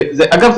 אגב,